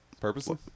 purposely